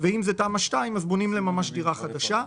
ואם זה תמ"א 2 אז בונים להם דירה חדשה.